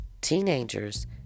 teenagers